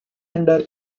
under